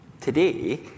today